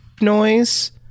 noise